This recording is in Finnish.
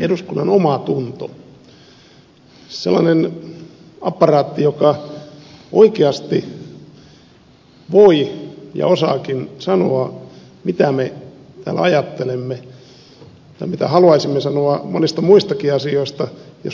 eduskunnan omatunto sellainen apparaatti joka oikeasti voi ja osaakin sanoa mitä me täällä ajattelemme tai mitä haluaisimme sanoa monista muistakin asioista jos voisimme